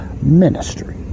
ministry